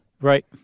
Right